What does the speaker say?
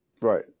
Right